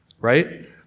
Right